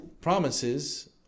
promises